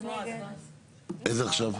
מי נמנע?